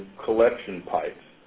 collection pipes.